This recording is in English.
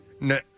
No